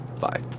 bye